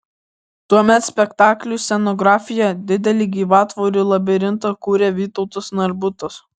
tuomet spektakliui scenografiją didelį gyvatvorių labirintą kūrė vytautas narbutas